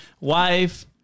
wife